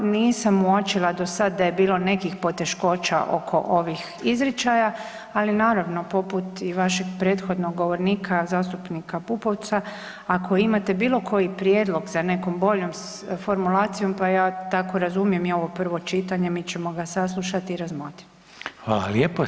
Nisam uočila do sad da je bilo nekih poteškoća oko ovih izričaja, ali naravno poput i vašeg prethodnog govornika zastupnika Pupovca, ako imate bilo koji prijedlog za nekom boljom formulacijom pa ja tako razumijem i ovo prvo čitanje, mi ćemo ga saslušati i razmotriti.